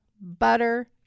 butter